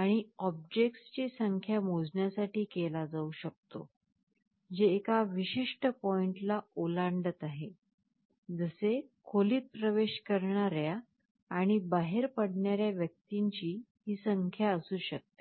आणि ऑब्जेक्ट्सची संख्या मोजण्यासाठी केला जाऊ शकतो जे एका विशिष्ट पॉईंटला ओलांडत आहेत जसे खोलीत प्रवेश करणाऱ्या आणि बाहेर पडणाऱ्या व्यक्तींची ही संख्या असू शकते